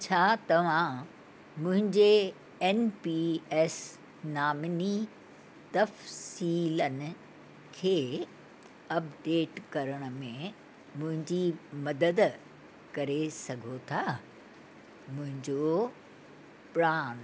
छा तव्हां मुंहिंजे एन पी एस नामिनी तफ़सीलनि खे अपडेट करण में मुंहिंजी मदद करे सघो था मुंहिंजो प्रान